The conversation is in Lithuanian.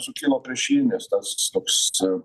sukilo prieš jį nes tas toks